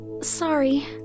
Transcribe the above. Sorry